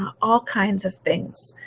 um all kinds of things.